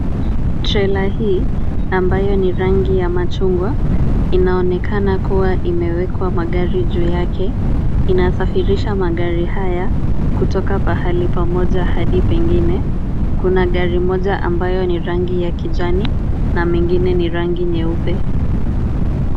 Trela hii, ambayo ni rangi ya machungwa, inaonekana kuwa imewekwa magari juu yake, inasafirisha magari haya, kutoka pahali pamoja hadi pengine, kuna gari moja ambayo ni rangi ya kijani, na mengine ni rangi nyeupe.